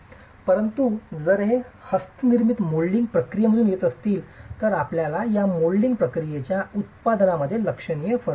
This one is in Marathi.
परंतु जर हे हस्तनिर्मित मोल्डिंग प्रक्रियेमधून येत असतील तर आपल्याला या मोल्डिंग प्रक्रियेच्या उत्पादनांमध्येच लक्षणीय फरक असतील